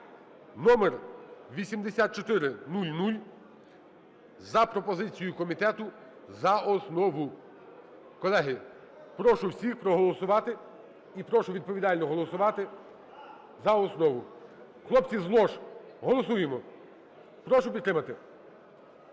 (№8400) за пропозицією комітету за основу. Колеги, прошу всіх проголосувати і прошу відповідально голосувати за основу. Хлопці з лож, голосуємо. Прошу підтримати,